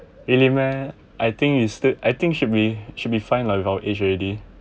really meh I think is the I think should be should be fine lah at our age already